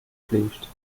fliegt